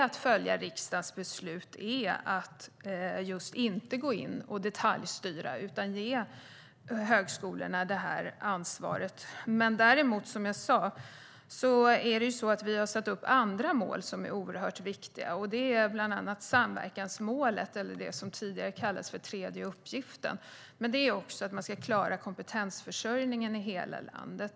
Att följa riksdagens beslut är alltså att inte gå in och detaljstyra utan att ge högskolorna det ansvaret. Däremot har vi som jag sa satt upp andra mål som är oerhört viktiga. Det är bland annat samverkansmålet, det som tidigare kallades tredje uppgiften. Men det är också att man ska klara kompetensförsörjningen i hela landet.